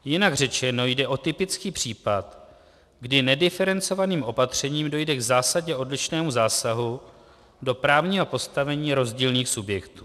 Jinak řečeno, jde o typický příklad, kdy nediferencovaným opatřením dojde k zásadně odlišnému zásahu do právního postavení rozdílných subjektů.